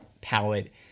palette